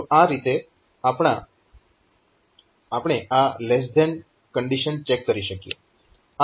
તો આ રીતે આપણે આ " કન્ડીશન ચેક કરી શકીએ